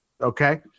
Okay